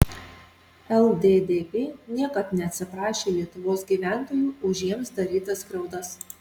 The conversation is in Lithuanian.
lddp niekad neatsiprašė lietuvos gyventojų už jiems darytas skriaudas